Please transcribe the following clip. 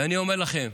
ואני אומר לכם,